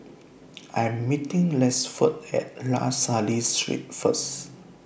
I'm meeting Rexford At La Salle Street First